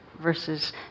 versus